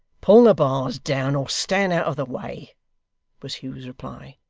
pull the bars down, or stand out of the way was hugh's reply.